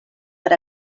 per